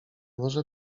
może